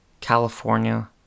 California